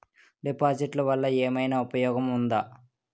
డిపాజిట్లు వల్ల ఏమైనా ఉపయోగం ఉందా?